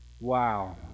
Wow